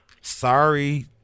Sorry